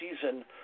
season